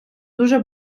дуже